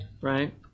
right